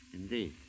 Indeed